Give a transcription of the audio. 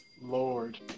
Lord